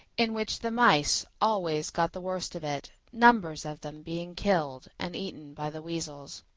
in which the mice always got the worst of it, numbers of them being killed and eaten by the weasels.